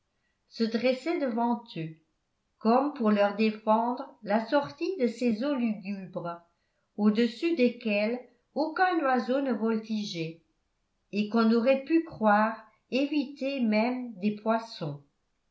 se dressait devant eux comme pour leur défendre la sortie de ces eaux lugubres au-dessus desquelles aucun oiseau ne voltigeait et qu'on aurait pu croire évitées même des poissons